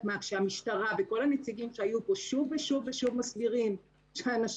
כאשר המשטרה וכל הנציגים שהיו פה שוב ושוב ושוב מסבירים שהאנשים